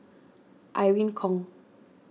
Irene Khong